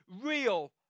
real